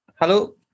Hello